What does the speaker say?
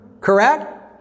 Correct